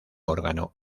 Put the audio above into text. órgano